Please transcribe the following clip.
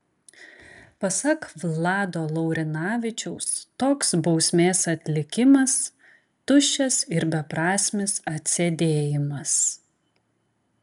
pasak vlado laurinavičiaus toks bausmės atlikimas tuščias ir beprasmis atsėdėjimas